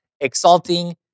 exalting